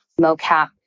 mocap